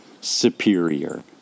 superior